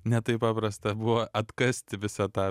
ne taip paprasta buvo atkasti visą tą